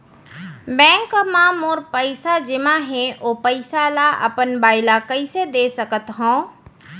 Bank म मोर पइसा जेमा हे, ओ पइसा ला अपन बाई ला कइसे दे सकत हव?